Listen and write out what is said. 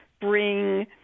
bring